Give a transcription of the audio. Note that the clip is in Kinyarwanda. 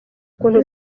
ukuntu